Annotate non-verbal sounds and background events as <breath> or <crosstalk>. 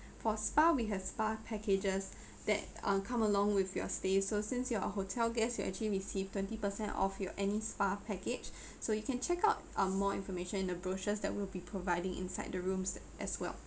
for spa we have spa packages that uh come along with your stay so since you are a hotel guest you actually receive twenty percent of your any spa package <breath> so you can check out uh more information in the brochures that will be providing inside the rooms as well